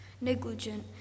negligent